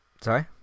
Sorry